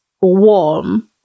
warm